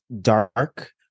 dark